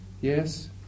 yes